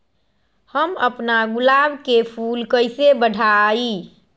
हम अपना गुलाब के फूल के कईसे बढ़ाई?